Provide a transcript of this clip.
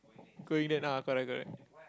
go in there ah correct correct